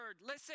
Listen